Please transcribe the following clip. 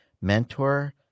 mentor